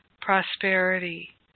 prosperity